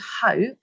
hope